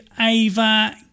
Ava